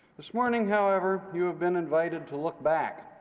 this morning, however, you have been invited to look back,